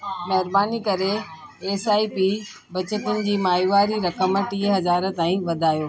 महिरबानी करे S I P बचतुनि जी माहिवारी रक़म टीं हज़ार ताईं वधायो